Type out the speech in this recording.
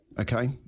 okay